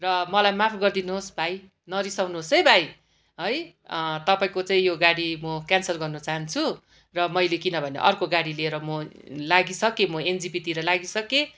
र मलाई माफ गरिदिनुहोस् भाइ नरिसाउनुहोस् है भाइ है तपाईँको चाहिँ यो गाडी म क्यान्सल गर्न चहान्छु र मैले किनभने अर्को गाडी लिएर म लागिसकेँ मो एनजिपितिर लागिसकेँ